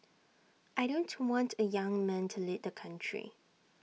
I don't want A young man to lead country